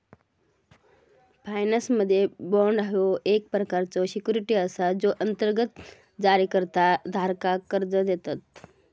फायनान्समध्ये, बाँड ह्यो एक प्रकारचो सिक्युरिटी असा जो अंतर्गत जारीकर्ता धारकाक कर्जा देतत